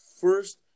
first